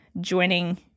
joining